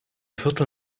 viertel